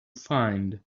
find